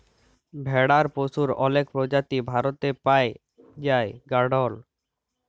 ভেড়ার পশুর অলেক প্রজাতি ভারতে পাই জাই গাড়ল